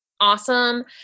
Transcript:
awesome